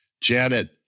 Janet